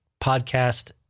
podcast